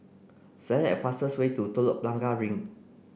select the fastest way to Telok Blangah Green